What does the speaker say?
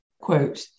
quote